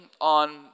on